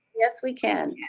yes we can.